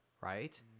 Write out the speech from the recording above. right